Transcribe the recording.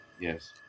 Yes